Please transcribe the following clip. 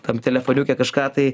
tam telefoniuke kažką tai